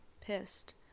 pissed